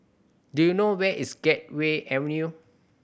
do you know where is Gateway Avenue